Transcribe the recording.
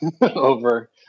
over